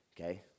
okay